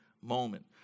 moment